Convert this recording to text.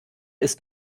ist